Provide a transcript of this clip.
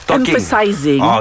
emphasizing